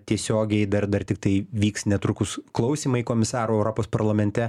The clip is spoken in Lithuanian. tiesiogiai dar dar tiktai vyks netrukus klausymai komisarų europos parlamente